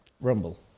Rumble